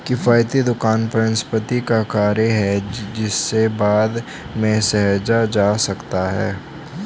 किफ़ायती दुकान परिसंपत्ति का कार्य है जिसे बाद में सहेजा जा सकता है